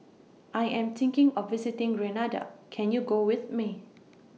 I Am thinking of visiting Grenada Can YOU Go with Me